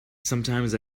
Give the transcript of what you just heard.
sometimes